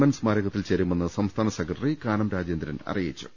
N സ്മാരകത്തിൽ ചേരുമെന്ന് സംസ്ഥാന സെക്ര ട്ടറി കാനം രാജേന്ദ്രൻ അറിയിച്ചു